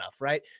right